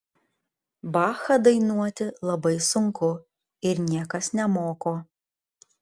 bachą dainuoti labai sunku ir niekas nemoko